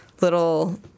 little